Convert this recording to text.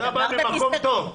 אתה בא ממקום טוב.